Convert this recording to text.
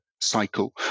cycle